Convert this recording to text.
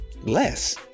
less